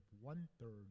one-third